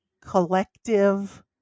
collective